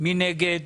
מי נגד?